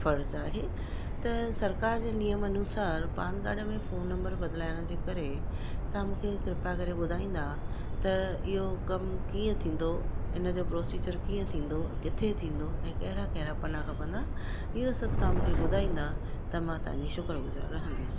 फर्ज़ आहे त सरकार जे नियम अनुसार पान कार्ड में फोन नम्बर बदलाइण जे करे तव्हां मूंखे कृपा करे ॿुधाईंदा त इहो कम कीअं थींदो इन जो प्रोसीजर कीअं थींदो किथे थींदो ऐं कहिड़ा कहिड़ा पना खपंदा इहो सभु तव्हां मूंखे ॿुधाईंदा त मां तव्हांजी शुक्रगुज़ार रहंदसि